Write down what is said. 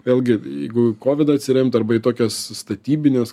vėlgi jeigu į kovidą atsiremti arba į tokias statybines